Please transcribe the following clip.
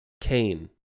Cain